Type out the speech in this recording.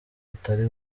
atari